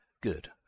Good